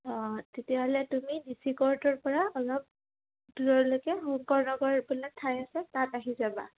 অঁ তেতিয়াহ'লে তুমি ডি চি কৰ্টৰপৰা অলপ দূৰলৈকে শংকৰ নগৰ এইফালে ঠাই আছে তাত আহি যাবা